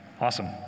Awesome